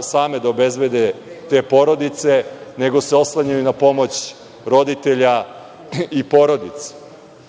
same da obezbede te porodice, nego se oslanjaju na pomoć roditelja i porodice.